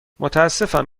متأسفم